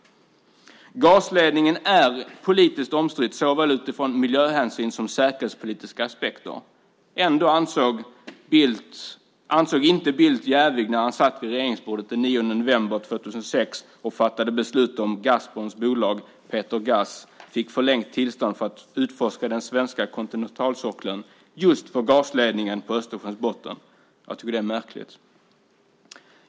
Gasledningen är politiskt omstridd såväl utifrån miljöhänsyn som utifrån säkerhetspolitiska aspekter. Ändå ansågs Bildt inte jävig när han den 9 november 2006 satt vid regeringsbordet och fattade beslut om Gazproms bolag Peter Gaz som fick förlängt tillstånd för att utforska den svenska kontinentalsockeln just för gasledningen på Östersjöns botten. Jag tycker att det är märkligt.